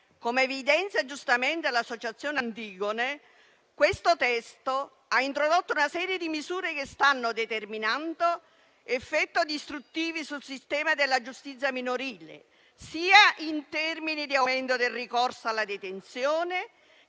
come evidenzia giustamente l'associazione Antigone, il testo ha introdotto una serie di misure che stanno determinando effetti distruttivi sul sistema della giustizia minorile, sia in termini di aumento del ricorso alla detenzione,